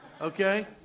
okay